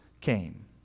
came